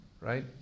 right